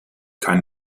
kein